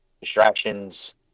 distractions